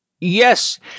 Yes